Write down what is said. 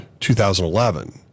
2011